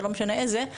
לא משנה איזה,